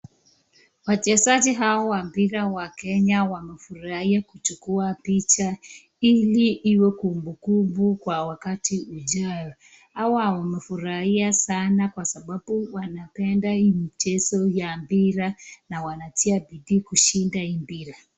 Wachezaji hao wa mpira ya Kenya wamerahi kuchukua picha ili iwe kumbukumbu kwa wakati ujao, hawa wamefurahia sana kwa sababu wanapenda hii mchezo ya mpira na wanatia bidii kushinda hii mpira.